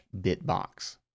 bitbox